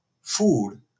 food